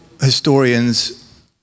historians